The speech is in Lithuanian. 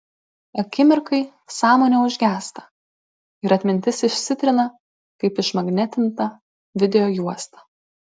akimirkai sąmonė užgęsta ir atmintis išsitrina kaip išmagnetinta videojuosta